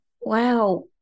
Wow